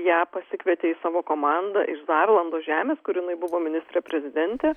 ją pasikvietė į savo komandą iš zarlandų žemės kur jinai buvo ministrė prezidentė